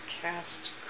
cast